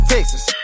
Texas